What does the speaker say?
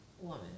woman